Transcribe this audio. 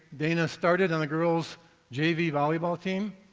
dana started on a girls' gv volleyball team,